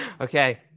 okay